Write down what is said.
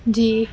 جی